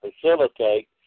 facilitate